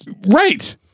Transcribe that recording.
Right